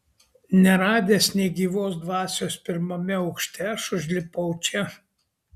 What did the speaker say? neradęs nė gyvos dvasios pirmame aukšte aš užlipau čia